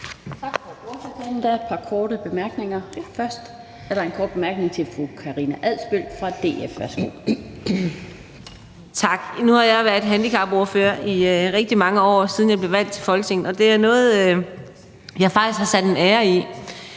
Tak. Nu har jeg været handicapordfører i rigtig mange år, siden jeg blev valgt til Folketinget, og det er noget, jeg har sat en ære i.